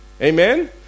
Amen